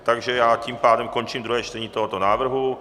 Takže tím pádem končím druhé čtení tohoto návrhu.